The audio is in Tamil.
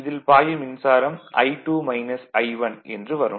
அதில் பாயும் மின்சாரம் என்று வரும்